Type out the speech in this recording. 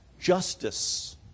justice